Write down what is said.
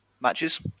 matches